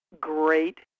great